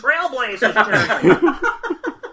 trailblazers